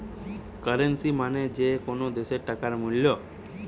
currency মানে যে কোনো দ্যাশের টাকার মূল্য